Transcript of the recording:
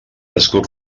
escuts